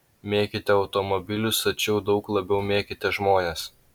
mėkite automobilius tačiau daug labiau mėkite žmones